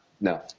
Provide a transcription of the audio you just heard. no